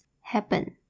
Happen